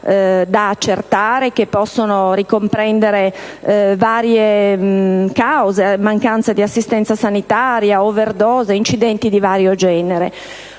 da accertare e che possono ricomprendere varie motivazioni: mancanza di assistenza sanitaria, *overdose*, incidenti di vario genere.